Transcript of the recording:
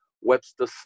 Webster